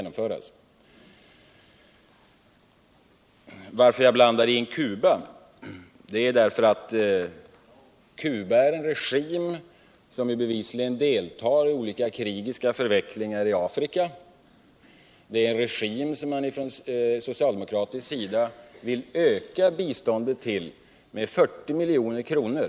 Anledningen till att jag blandade in Cuba i resonemanget var att Cuba har en regim som bevisligen deltar i olika krigiska förvecklingar i Afrika, en regim till vilken man från socialdemokratisk sida vill öka biståndet med 40 milj.kr.